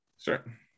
sure